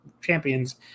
champions